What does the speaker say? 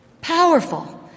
Powerful